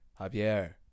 Javier